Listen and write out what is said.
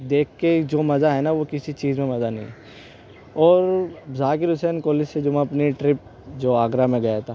دیکھ کے جو مزہ ہے نا وہ کسی چیز میں مزہ نہیں اور ذاکر حسین کالج سے جو میں اپنی ٹرپ جو آگرہ میں گیا تھا